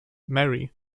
mary